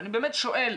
ואני באמת שואל,